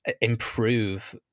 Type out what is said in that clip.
improve